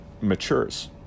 matures